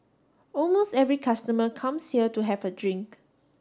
almost every customer comes here to have a drink